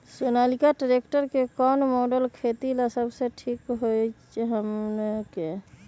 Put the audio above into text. Sonalika tractor के कौन model खेती ला सबसे ठीक होई हमने की?